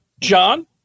John